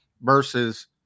Versus